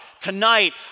tonight